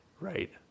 right